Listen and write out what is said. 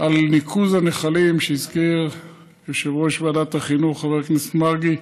לניקוז הנחלים שהזכיר יושב-ראש ועדת החינוך חבר הכנסת מרגי,